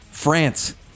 France